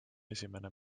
esimene